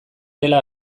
dela